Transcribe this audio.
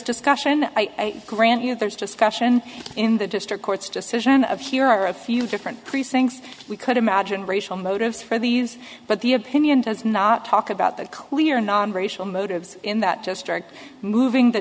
discussion i grant you there's just a question in the district court's decision of here are a few different precincts we could imagine racial motives for these but the opinion does not talk about that clear nonracial motives in that district moving the